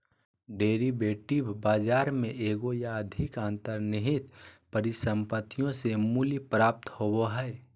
derivative बाजार में एगो या अधिक अंतर्निहित परिसंपत्तियों से मूल्य प्राप्त होबो हइ